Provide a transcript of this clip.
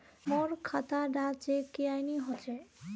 मोर खाता डा चेक क्यानी होचए?